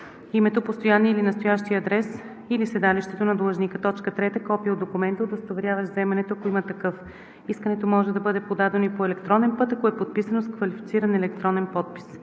името, постоянния или настоящия адрес или седалището на длъжника; 3. копие от документа, удостоверяващ вземането ако има такъв. Искането може да бъде подадено и по електронен път, ако е подписано с квалифициран електронен подпис.